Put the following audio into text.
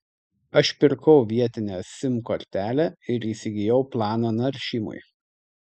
aš pirkau vietinę sim kortelę ir įsigijau planą naršymui